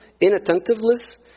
inattentiveness